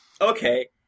Okay